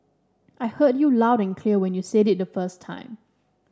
I heard you loud and clear when you said it the first time